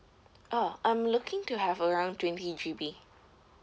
oh I'm looking to have around twenty G_B